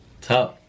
Tough